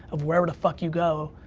of wherever the fuck you go,